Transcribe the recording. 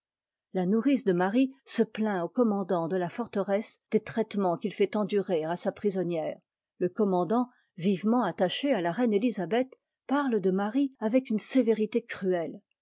la nourrice de marie se plaint au commandant de la forteresse des traitements qu'il fait endurer à sa prisonnière le commandant vivement attaché à la reine ëtisabeth parle de marie avec une sévérité cruelle